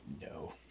no